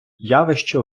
явище